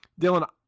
Dylan